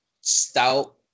stout